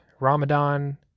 Ramadan